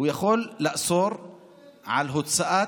הוא יכול לאסור הוצאת